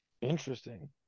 Interesting